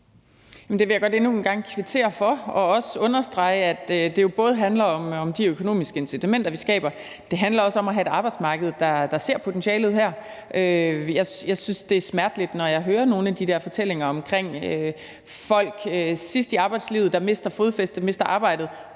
jeg godt endnu en gang kvittere for, og jeg vil også understrege, at det jo både handler om de økonomiske incitamenter, vi skaber, men også handler om at have et arbejdsmarked, der ser potentialet her. Jeg synes, det er smerteligt, når jeg hører nogle af de der fortællinger om folk sidst i arbejdslivet, der mister fodfæste, mister arbejdet,